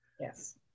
Yes